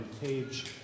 Page